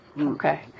okay